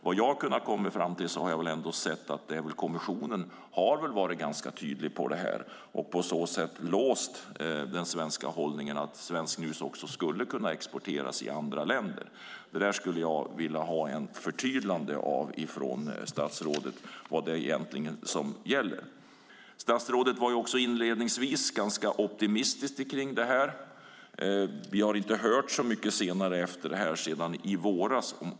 Det jag kunnat komma fram till är att kommissionen varit ganska tydlig på den här punkten och på så sätt låst den svenska hållningen, att svenskt snus också skulle kunna exporteras till andra länder. Jag skulle därför vilja ha ett förtydligande från statsrådet av vad det egentligen är som gäller. Statsrådet var inledningsvis ganska optimistisk i den här frågan. Därefter har vi inte hört så mycket, inte sedan i våras.